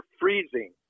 freezing